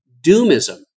doomism